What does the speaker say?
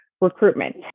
recruitment